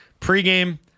pregame